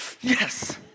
yes